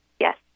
Yes